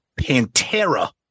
Pantera